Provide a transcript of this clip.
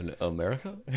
America